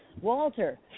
Walter